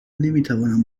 نمیتوانم